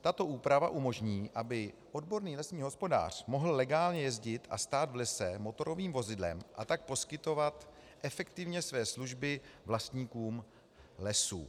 Tato úprava umožní, aby odborný lesní hospodář mohl legálně jezdit a stát v lese motorovým vozidlem, a tak poskytovat efektivně své služby vlastníkům lesů.